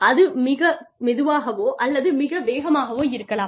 அது மிக மெதுவாகவோ அல்லது மிக வேகமாகவோ இருக்கலாம்